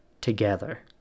together